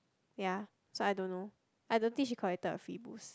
ya so I don't know I don't think she collected her free Boost